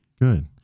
Good